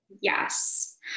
yes